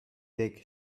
take